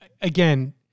again